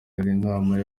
inama